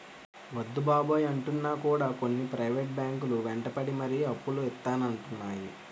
వద్దు బాబోయ్ అంటున్నా కూడా కొన్ని ప్రైవేట్ బ్యాంకు లు వెంటపడి మరీ అప్పులు ఇత్తానంటున్నాయి